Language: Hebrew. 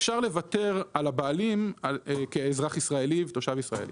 אפשר לוותר על הבעלים כאזרח ישראלי וכתושב ישראלי.